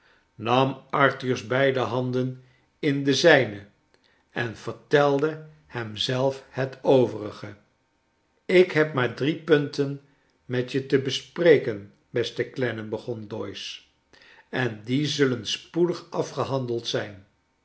nam arthur's beide handen in de zijne en vertelde hem zelf het overige ik heb maar drie punten met je te bespreken beste clennam begon doyce en die zullen spoedig afgehandeld zijn